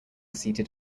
seated